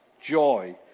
joy